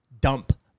dump